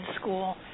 school